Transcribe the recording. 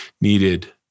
needed